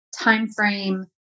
timeframe